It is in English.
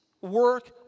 work